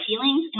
feelings